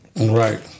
Right